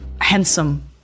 handsome